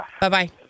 Bye-bye